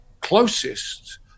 closest